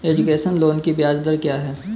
Education loan की ब्याज दर क्या है?